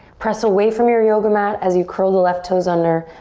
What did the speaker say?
press away from your yoga mat as you curl the left toes under.